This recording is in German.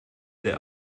der